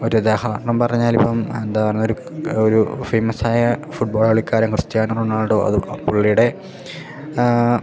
ഒരു ഉദാഹരണം പറഞ്ഞാൽ ഇപ്പം എന്താ പറഞ്ഞ ഒരു ഒരു ഒരു ഫേമസായ ഫുട്ബോൾ കളിക്കാരൻ ക്രിസ്ത്യാന റൊണാൾഡോ അത് പുള്ളിയുടെ